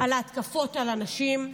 על התקפות על נשים.